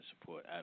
support